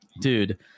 dude